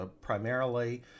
primarily